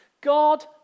God